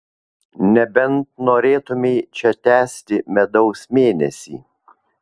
nebent norėtumei čia tęsti medaus mėnesį